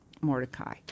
Mordecai